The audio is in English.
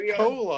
cola